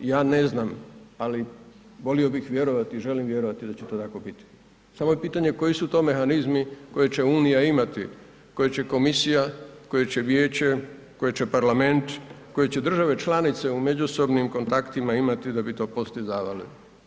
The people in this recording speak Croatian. ja ne znam, ali volio bih vjerovati i želim vjerovati da će to tako biti, samo je pitanje koji su to mehanizmi koje će Unija imati, koje će komisija, koje će vijeće, koje će parlament, koje će države članice u međusobnim kontaktima imati da bi to postizavali.